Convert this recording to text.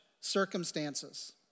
circumstances